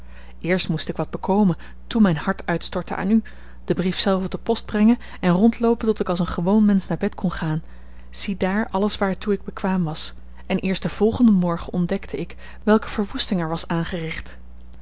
eerst moest ik wat bekomen toen mijn hart uitstorten aan u den brief zelf op de post brengen en rondloopen tot ik als een gewoon mensch naar bed kon gaan ziedaar alles waartoe ik bekwaam was en eerst den volgenden morgen ontdekte ik welke verwoesting er was aangericht